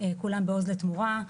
כולם בעוז לתמורה.